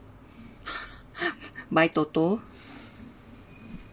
buy TOTO